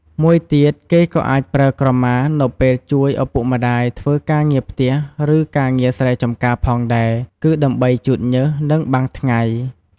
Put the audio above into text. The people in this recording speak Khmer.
មួយទៀត គេក៏៏អាចប្រើក្រមានៅពេលជួយឪពុកម្ដាយធ្វើការងារផ្ទះ ឬ ការងារស្រែចម្ការផងដែរ គឺ ដើម្បីជូតញើស និងបាំងថ្ងៃ។